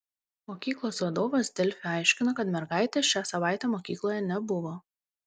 mokyklos vadovas delfi aiškino kad mergaitės šią savaitę mokykloje nebuvo